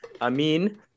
Amin